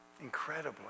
incredibly